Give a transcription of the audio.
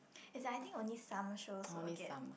as I think only summer show will get